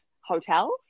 hotels